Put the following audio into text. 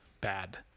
bad